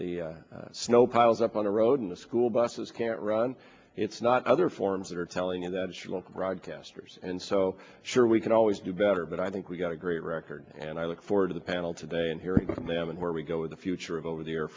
when the snow piles up on the road and the school buses can't run it's not other forms that are telling it adds fuel to broadcasters and so sure we can always do better but i think we've got a great record and i look forward to the panel today and hearing from them and where we go with the future of over the